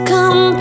Come